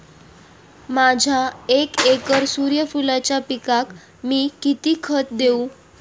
माझ्या एक एकर सूर्यफुलाच्या पिकाक मी किती खत देवू?